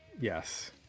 Yes